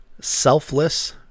selfless